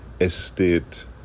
estate